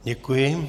Děkuji.